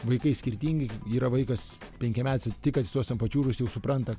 vaikai skirtingi yra vaikas penkiametis tik atsistojęs ant pačiūžų jis jau supranta